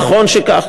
נכון שכך,